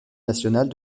nationale